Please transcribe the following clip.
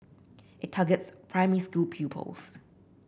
it targets primary school pupils